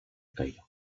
cairo